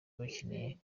bakeneye